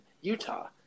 Utah